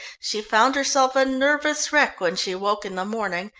she found herself a nervous wreck when she woke in the morning,